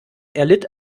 erlitt